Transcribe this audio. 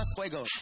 fuego